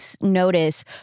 notice